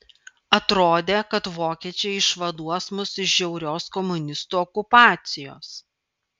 atrodė kad vokiečiai išvaduos mus iš žiaurios komunistų okupacijos